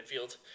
midfield